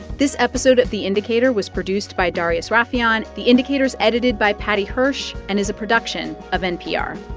this episode of the indicator was produced by darius rafieyan. the indicator is edited by paddy hirsch and is a production of npr